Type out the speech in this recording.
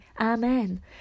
Amen